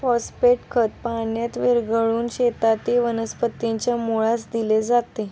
phosphate खत पाण्यात विरघळवून शेतातील वनस्पतीच्या मुळास दिले जाते